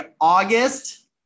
August